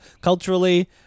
culturally